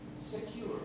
secure